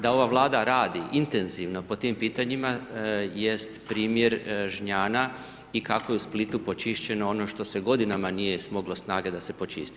Da ova Vlada radi intenzivno po tim pitanjima jest primjer Žnjana i kako je u Splitu počišćeno ono što se godinama nije smoglo snage da se počisti.